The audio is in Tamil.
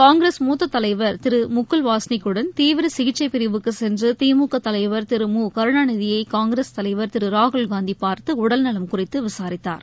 காங்கிரஸ் மூத்த தலைவர் திரு முகுல் வாஸ்னிக்குடன் தீவிர சிகிச்சைப் பிரிவுக்கு சென்று திமுக தலைவர் திரு மு கருணாநிதியை காங்கிரஸ் தலைவர் திரு ராகுல் காந்தி பார்த்து உடல்நலம் குறித்து விசாரித்தார்